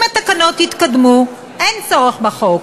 אם התקנות יתקדמו, אין צורך בחוק,